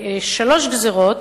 לשלוש גזירות,